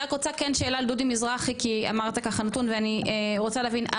אני רק רוצה כן שאלה לדודי מזרחי כי אמרת ככה נתון ואני רוצה להבין,